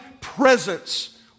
presence